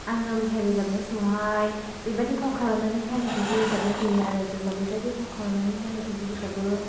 आङो मेथाइ रोजाबनाय समावहाय बे बाइदि फाव खालामनानैहाय मेथाइखौ रोजाबनाय जायो आरो जेब्ला बे बाइदि फाव खालामनानैहाय मेथाइखौ रोजाबो